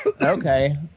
Okay